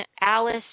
Alice